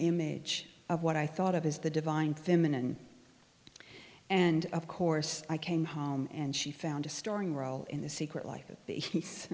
image of what i thought of as the divine feminine and of course i came home and she found a starring role in the secret life